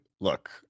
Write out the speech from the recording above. look